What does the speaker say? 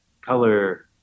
color